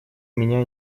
меня